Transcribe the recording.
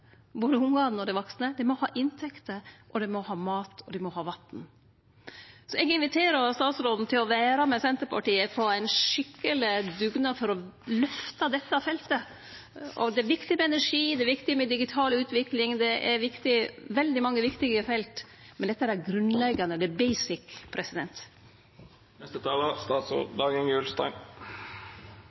både ungane og dei vaksne. Dei må ha inntekter, og dei må ha mat, og dei må ha vatn. Så eg inviterer statsråden til å vere med Senterpartiet på ein skikkeleg dugnad for å løfte dette feltet. Det er viktig med energi, det er viktig med digital utvikling, det er veldig mange viktige felt, men dette er